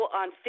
on